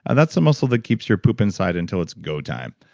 and that's the muscle that keeps your poop inside until it's go time.